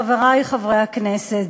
חברי חברי הכנסת,